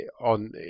on